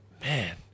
man